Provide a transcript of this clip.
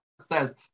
says